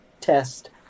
test